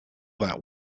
that